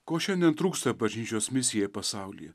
ko šiandien trūksta bažnyčios misijai pasaulyje